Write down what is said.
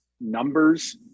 numbers